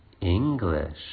English